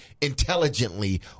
intelligently